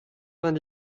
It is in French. vingt